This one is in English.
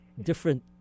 different